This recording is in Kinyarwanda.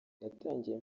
natangiye